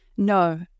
No